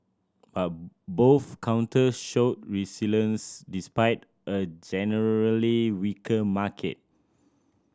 but both counters showed resilience despite a generally weaker market